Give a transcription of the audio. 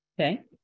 Okay